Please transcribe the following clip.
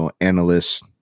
analysts